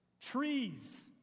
Trees